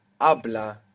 habla